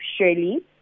Shirley